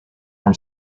from